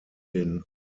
den